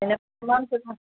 तमामु सुठा